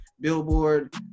Billboard